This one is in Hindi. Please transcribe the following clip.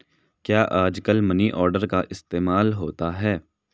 क्या आजकल मनी ऑर्डर का इस्तेमाल होता है?